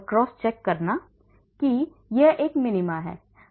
cross check करना कि क्या यह मिनीमा है